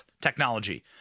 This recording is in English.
technology